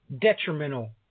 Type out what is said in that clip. detrimental